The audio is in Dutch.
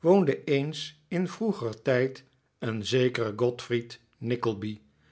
woonde eens in vroeger tijd een zekere godfried nickleby